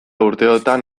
urteotan